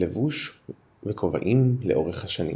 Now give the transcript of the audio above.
לבוש וכובעים לאורך השנים